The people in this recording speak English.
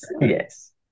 yes